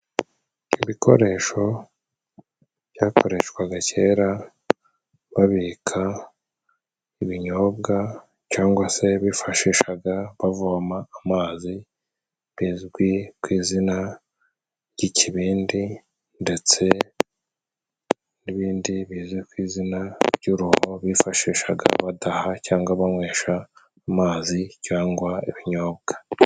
Ibikoresho byakoreshwaga kera babika ibinyobwa cyangwa se bifashishaga bavoma amazi bizwi ku izina ry'ikibindi ndetse n'ibindi bizwi ku izina ry'uruho bifashishaga badaha cyangwa banywesha amazi cyangwa ibinyobwa.